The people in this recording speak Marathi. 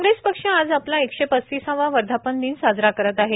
कॉग्रेस पक्ष आज आपला एकशे पस्तीसावा वर्धापन दिन साजरा करत आहे